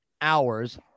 hours